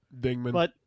Dingman